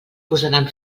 posaran